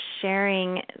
sharing